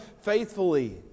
faithfully